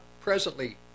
presently